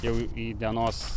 jau į dienos